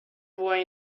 boy